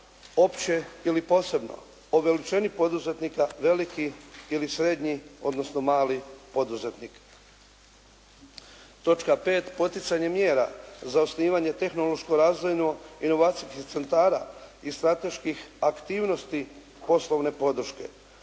opće ili posebno, o veličini poduzetnika, velikih ili srednjih, odnosno mali poduzetnik. Točka 5. poticanje mjera za osnivanje tehnološko razvojno inovacijskih centara i strateških aktivnosti poslovne podrške.